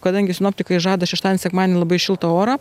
kadangi sinoptikai žada šeštadienį sekmadienį labai šiltą orą